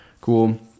cool